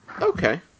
Okay